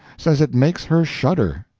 says it makes her shudder.